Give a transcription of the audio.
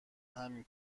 همین